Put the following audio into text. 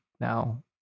now